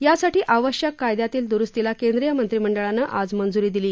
यासाठी आवश्यक कायद्यातील दुरुस्तीला केंद्रीय मंत्रिमंडळानं आज मंजुरी दिली